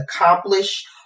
accomplished